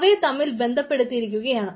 അവയെ തമ്മിൽ ബന്ധപ്പെടുത്തിയിരിക്കുകയാണ്